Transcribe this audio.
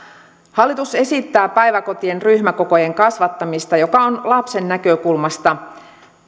hallitus esittää päiväkotien ryhmäkokojen kasvattamista joka on lapsen näkökulmasta